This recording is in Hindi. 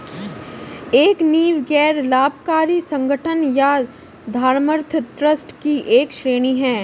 एक नींव गैर लाभकारी संगठन या धर्मार्थ ट्रस्ट की एक श्रेणी हैं